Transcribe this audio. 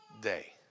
day